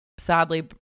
Sadly